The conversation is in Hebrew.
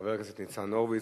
חבר הכנסת ניצן הורוביץ,